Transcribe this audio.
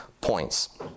points